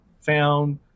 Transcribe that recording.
found